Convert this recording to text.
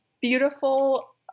beautiful